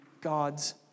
God's